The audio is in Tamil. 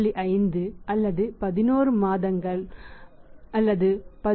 50 அல்லது 11 மாதங்கள் 11